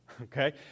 okay